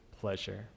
pleasure